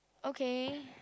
okay